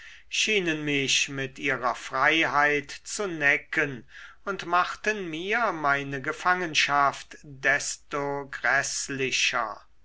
schienen mich mit ihrer freiheit zu necken und machten mir meine gefangenschaft desto gräßlicher